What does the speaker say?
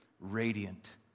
Radiant